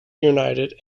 united